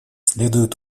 следует